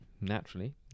naturally